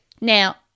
Now